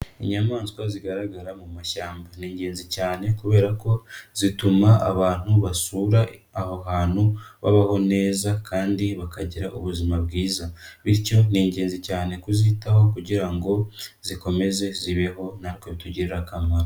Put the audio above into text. Inyamaswa zigaragara mu mashyamba ni ingenzi cyane kubera ko zituma abantu basura aho hantu babaho neza kandi bakagira ubuzima bwiza, bityo ni ingenzi cyane kuzitaho kugira ngo zikomeze zibeho natwe bitugirire akamaro.